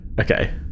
Okay